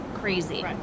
Crazy